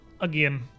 Again